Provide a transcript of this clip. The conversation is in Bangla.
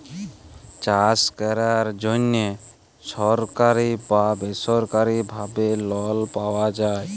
চাষ ক্যরার জ্যনহে ছরকারি বা বেছরকারি ভাবে লল পাউয়া যায়